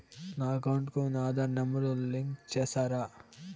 నా అకౌంట్ కు నా ఆధార్ నెంబర్ ను లింకు చేసారా